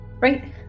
Right